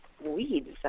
weeds